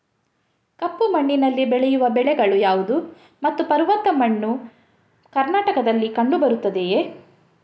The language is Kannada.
ಕಪ್ಪು ಮಣ್ಣಿನಲ್ಲಿ ಬೆಳೆಯುವ ಬೆಳೆಗಳು ಯಾವುದು ಮತ್ತು ಪರ್ವತ ಮಣ್ಣು ಕರ್ನಾಟಕದಲ್ಲಿ ಕಂಡುಬರುತ್ತದೆಯೇ?